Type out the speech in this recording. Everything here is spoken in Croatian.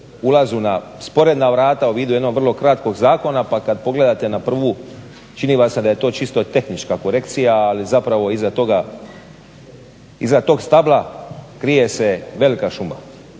ulaze na sporedna vrata u vidu jednog vrlo kratkog zakona, pa kad pogledate na prvu čini vam se da je to čisto tehnička korekcija ali zapravo iza tog stabla krije se velika šuma.